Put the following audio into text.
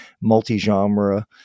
multi-genre